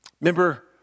Remember